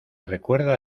recuerda